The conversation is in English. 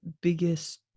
biggest